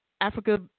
Africa